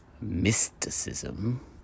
mysticism